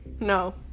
No